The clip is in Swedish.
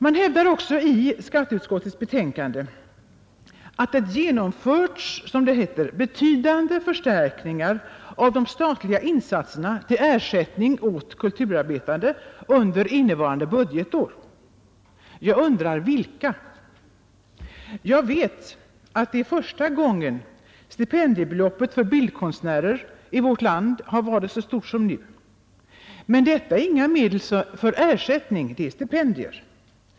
Man hävdar också i skatteutskottets betänkande att det genomförts, som det heter, betydande förstärkningar av de statliga insatserna till ersättning åt kulturarbetarna under innevarande budgetår. Jag undrar vilka? Jag vet att det är första gången stipendiebeloppet för bildkonstnärer i vårt land varit så stort som nu, men detta är inga medel för ersättning, det är stipendier.